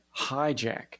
hijack